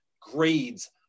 grades